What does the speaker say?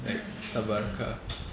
mm mm mm